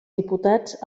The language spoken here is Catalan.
diputats